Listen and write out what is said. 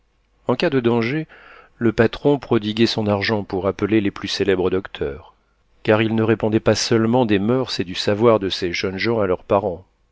en cas de danger le patron prodiguait son argent pour appeler les plus célèbres docteurs car il ne répondait pas seulement des moeurs et du savoir de ces jeunes gens à leurs parents